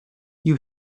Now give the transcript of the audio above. you